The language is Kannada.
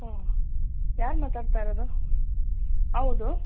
ಹಾಂ ಯಾರು ಮಾತಾಡ್ತಾ ಇರೋದು ಹೌದು